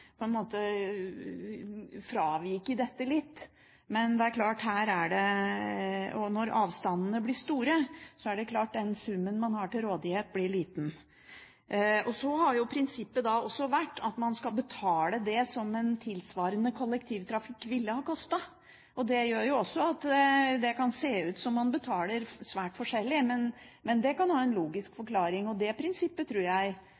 på en måte fraveket dette litt. Og når avstandene blir store, er det klart at den summen man har til rådighet, blir liten. Så har prinsippet også vært at man skal betale det en tilsvarende kollektivtransport ville kostet. Det gjør også at det kan se ut som om man betaler svært forskjellig, men det kan ha en logisk forklaring. Det prinsippet tror jeg